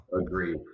Agreed